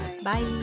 Bye